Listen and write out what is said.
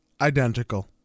identical